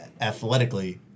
athletically